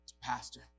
Pastor